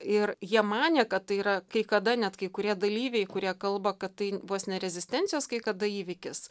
ir jie manė kad tai yra kai kada net kai kurie dalyviai kurie kalba kad tai vos ne rezistencijos kai kada įvykis